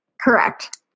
Correct